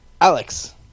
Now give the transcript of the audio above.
Alex